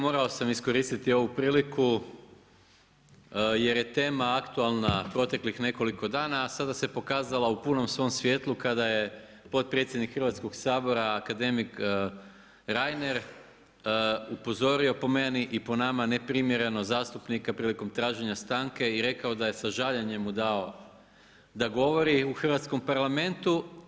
Morao sam iskoristiti ovu priliku, jer je tema aktualna proteklih nekoliko dana, a sada se pokazala u punom svom svjetlu, kada je potpredsjednik Hrvatskog sabora, akademik Reiner, upozorio po meni i po nama neprimjereno zastupnika prilikom traženja stanke i rekao da je sa žaljenjem mu dao da govori u Hrvatskom parlamentu.